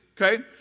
okay